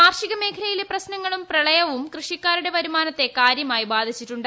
കാർഷിക മേഖലയിലെ പ്രശ്നങ്ങളും പ്രളയൃദ്ധൂർ കൃഷിക്കാരുടെ വരുമാനത്തെ കാര്യമായി ബാധിച്ചിട്ടുണ്ട്